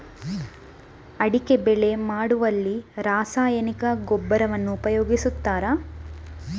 ಅಡಿಕೆ ಬೆಳೆ ಮಾಡುವಲ್ಲಿ ರಾಸಾಯನಿಕ ಗೊಬ್ಬರವನ್ನು ಉಪಯೋಗಿಸ್ತಾರ?